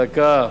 דקה.